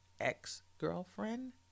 ex-girlfriend